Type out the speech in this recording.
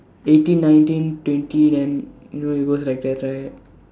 eighteen nineteen twenty then you know it goes like that right